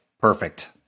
perfect